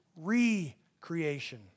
re-creation